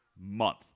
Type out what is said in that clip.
month